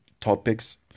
topics